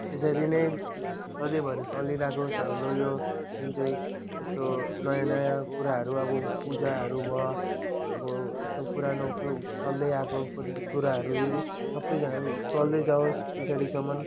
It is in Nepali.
यसरी नै सधैँभरि चलिरहोस् हाम्रो यो जुन चाहिँ यस्तो नयाँ नयाँ कुराहरू अब पूजाहरू भयो अब यस्तो पुरानो चल्दैआएको कुराहरू सबै कुरा चल्दै जाओस् पछाडिसम्म